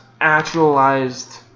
actualized